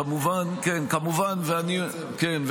כמובן, כמובן, כן.